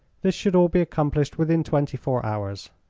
this should all be accomplished within twenty-four hours.